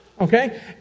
Okay